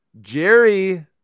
Jerry